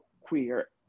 queer